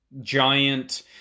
giant